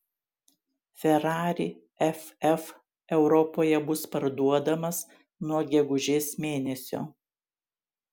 ferrari ff europoje bus parduodamas nuo gegužės mėnesio